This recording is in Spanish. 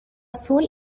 azul